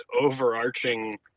overarching